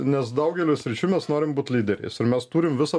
nes daugelio sričių mes norim būt lyderiais ir mes turim visą